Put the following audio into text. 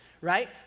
Right